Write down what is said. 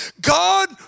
God